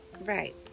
Right